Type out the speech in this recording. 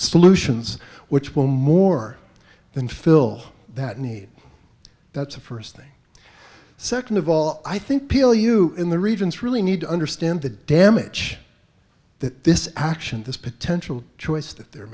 solutions which will more than fill that need that's the first thing second of all i think people you in the regions really need to understand the damage that this action this potential choice that they're